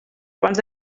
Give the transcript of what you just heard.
abans